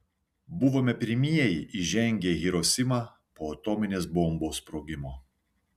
buvome pirmieji įžengę į hirosimą po atominės bombos sprogimo